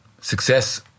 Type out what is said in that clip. Success